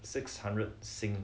six hundred sing